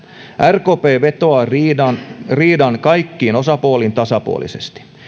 rkp vetoaa riidan riidan kaikkiin osapuoliin tasapuolisesti